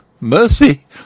Mercy